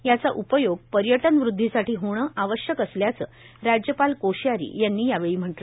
याचा उपयोग पर्यटन वृद्धीसाठी होणं आवश्यक असल्याचं राज्यपाल कोश्यारी यावेळी म्हणाले